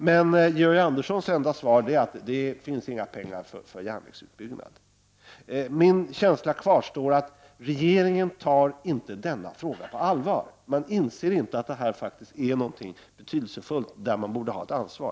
Men Georg Anderssons enda svar är att det finns inga pengar för järnvägsuppbyggnad. Min känsla kvarstår att regeringen inte tar denna fråga på all var. Man inser inte att detta faktiskt är något betydelsefullt och att man här borde ta ett ansvar.